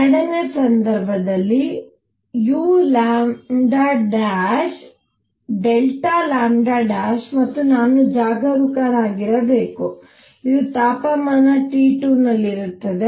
ಎರಡನೆಯ ಸಂದರ್ಭದಲ್ಲಿ u ಮತ್ತು ನಾನು ಜಾಗರೂಕರಾಗಿರಬೇಕು ಇದು ತಾಪಮಾನ t 2 ನಲ್ಲಿರುತ್ತದೆ